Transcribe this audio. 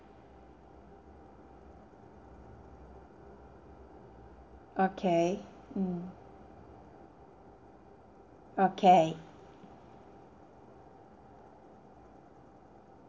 okay mm okay